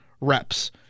reps